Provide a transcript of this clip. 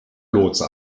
lotse